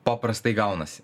paprastai gaunasi